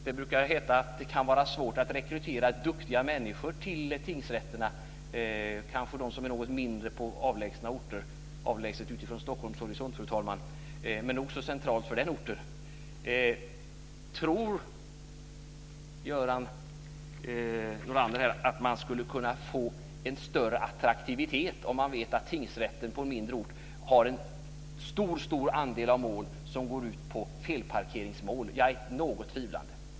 Det brukar heta att det kan vara svårt att rekrytera duktiga människor till kanske något mindre tingsrätter på avlägsna orter - avlägsna från Stockholms horisont, men nog så centrala i den orten. Tror Göran Norlander att man skulle kunna få en större attraktivitet om en tingsrätt på en mindre ort får en mycket stor andel av felparkeringsmål? Jag ställer mig något tvivlande.